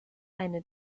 eine